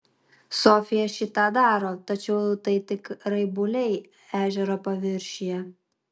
sofija šį tą daro tačiau tai tik raibuliai ežero paviršiuje